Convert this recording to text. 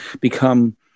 become